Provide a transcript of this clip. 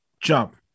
jump